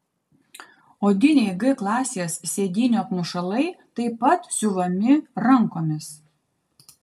odiniai g klasės sėdynių apmušalai taip pat siuvami rankomis